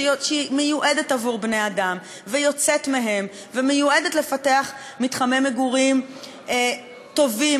שהיא מיועדת לבני-אדם ויוצאת מהם ומיועדת לפתח מתחמי מגורים טובים,